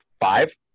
five